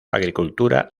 agricultura